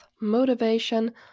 motivation